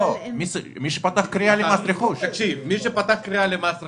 מי שפתח קריאה למס רכוש,